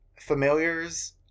familiars